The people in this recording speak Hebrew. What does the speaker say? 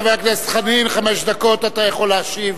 חבר הכנסת חנין, חמש דקות אתה יכול להשיב